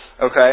Okay